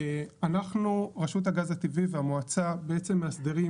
רשות הגז הטבעי והמועצה בעצם מהסדרים